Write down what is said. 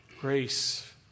Grace